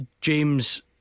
James